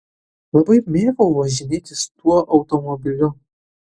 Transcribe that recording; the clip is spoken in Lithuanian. labai mėgau važinėtis tuo automobiliu